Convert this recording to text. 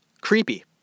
Creepy